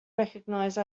recognize